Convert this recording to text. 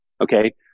Okay